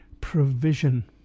provision